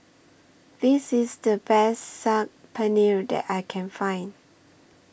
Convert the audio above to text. This IS The Best Saag Paneer that I Can Find